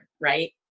right